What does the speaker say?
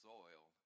soil